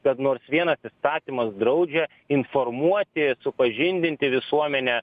kad nors vienas įstatymas draudžia informuoti supažindinti visuomenę